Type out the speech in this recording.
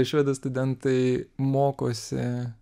švedijoj studentai mokosi